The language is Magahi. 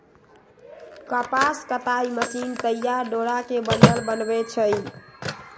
कपास कताई मशीन तइयार डोरा के बंडल बनबै छइ